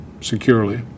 securely